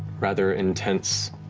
rather intense